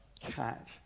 cat